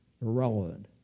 irrelevant